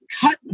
cut